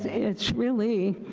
it's really,